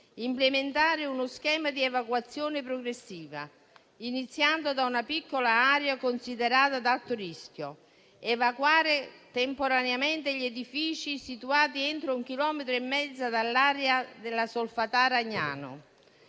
l'implementazione di uno schema di evacuazione progressiva, iniziando da una piccola area considerata ad alto rischio; l'evacuazione temporanea degli edifici situati entro un chilometro e mezzo dall'area della Solfatara Agnano,